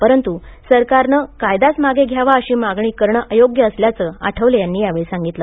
परंतु सरकारने कायदाच मागे घ्यावा अशी मागणी करणे अयोग्य असल्याचे आठवले यांनी यावेळी सांगितले